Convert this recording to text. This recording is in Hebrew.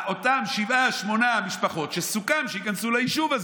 אותן שבע, שמונה משפחות שסוכם שייכנסו ליישוב הזה,